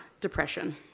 depression